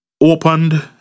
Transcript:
opened